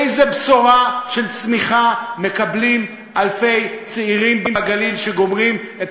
איזו בשורה של צמיחה מקבלים אלפי צעירים בגליל שגומרים את